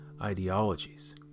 ideologies